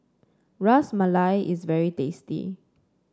Ras Malai is very tasty